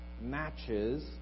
matches